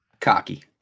Cocky